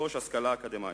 לרכוש השכלה אקדמית.